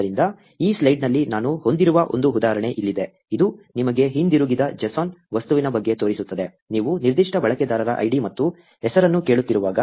ಆದ್ದರಿಂದ ಈ ಸ್ಲೈಡ್ನಲ್ಲಿ ನಾನು ಹೊಂದಿರುವ ಒಂದು ಉದಾಹರಣೆ ಇಲ್ಲಿದೆ ಇದು ನಿಮಗೆ ಹಿಂದಿರುಗಿದ JSON ವಸ್ತುವಿನ ಬಗ್ಗೆ ತೋರಿಸುತ್ತದೆ ನೀವು ನಿರ್ದಿಷ್ಟ ಬಳಕೆದಾರರ ಐಡಿ ಮತ್ತು ಹೆಸರನ್ನು ಕೇಳುತ್ತಿರುವಾಗ